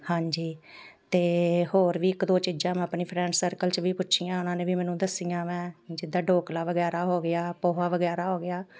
ਹਾਂਜੀ ਅਤੇ ਹੋਰ ਵੀ ਇੱਕ ਦੋ ਚੀਜ਼ਾਂ ਮੈਂ ਆਪਣੀ ਫਰੈਂਡ ਸਰਕਲ 'ਚ ਵੀ ਪੁੱਛੀਆਂ ਉਹਨਾਂ ਨੇ ਵੀ ਮੈਨੂੰ ਦੱਸੀਆਂ ਵੈਂ ਜਿੱਦਾਂ ਡੋਕਲਾ ਵਗੈਰਾ ਹੋ ਗਿਆ ਪੋਹਾ ਵਗੈਰਾ ਹੋ ਗਿਆ